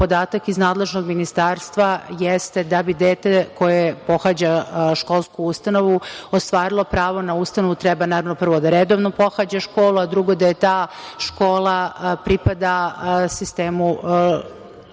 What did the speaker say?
podatak iz nadležnog ministarstva jeste da bi dete koje pohađa školsku ustanovu ostvarilo pravo na ustanovu treba prvo da redovno pohađa školu, a drugo da ta škola pripada sistemu školstva